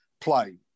play